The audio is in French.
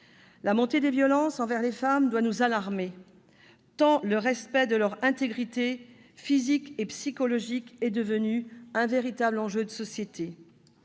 La montée des violences envers les femmes doit nous alarmer, tant le respect de leur intégrité physique et psychologique est devenu un véritable enjeu de société.